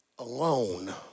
Alone